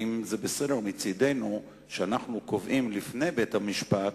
האם זה בסדר מצדנו שאנחנו קובעים לפני בית-המשפט